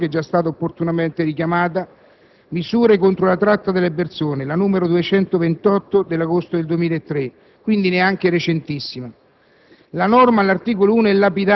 Esiste una legge in proposito che è già stata opportunamente richiamata: «Misure contro la tratta di persone», la n. 228 dell'agosto 2003, quindi neanche recentissima.